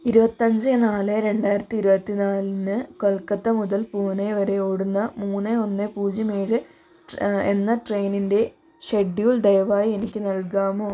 ഇരുപത്തഞ്ച് നാല് രണ്ടായിരത്തി ഇരുപത്തിനാലിന് കൊൽക്കത്ത മുതൽ പൂനെ വരെ ഓടുന്ന മൂന്ന് ഒന്ന് പൂജ്യം ഏഴ് എന്ന ട്രെയിനിൻ്റെ ഷെഡ്യൂൾ ദയവായി എനിക്ക് നൽകാമോ